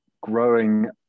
growing